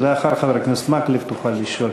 אז לאחר חבר הכנסת מקלב תוכל לשאול.